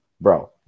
bro